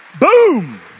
Boom